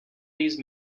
these